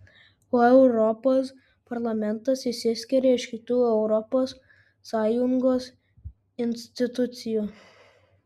kuo europos parlamentas išsiskiria iš kitų europos sąjungos institucijų